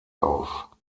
auf